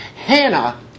Hannah